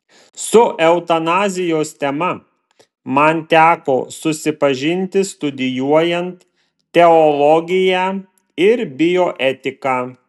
su eutanazijos tema man teko susipažinti studijuojant teologiją ir bioetiką